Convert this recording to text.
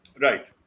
Right